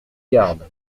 garde